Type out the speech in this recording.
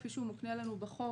כפי שהוא מוקנה לנו בחוק,